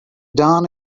don